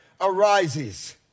arises